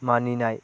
मानिनाय